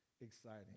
exciting